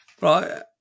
Right